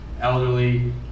elderly